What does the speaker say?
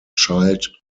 child